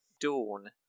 Dawn